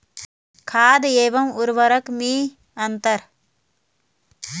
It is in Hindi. खाद एवं उर्वरक में अंतर?